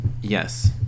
Yes